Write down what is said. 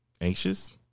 Anxious